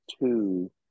two